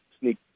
sneak